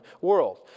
world